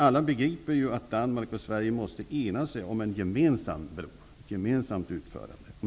Alla beriper ju att Danmark och Sverige måste enas om en gemensam bro och om ett gemensamt utförande.